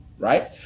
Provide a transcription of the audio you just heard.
Right